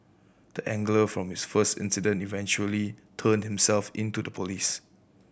the angler from this first incident eventually turned himself in to the police